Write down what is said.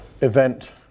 event